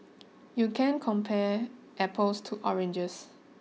you can't compare apples to oranges